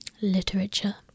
literature